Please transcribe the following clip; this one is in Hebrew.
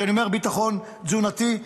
כשאני אומר ביטחון תזונתי,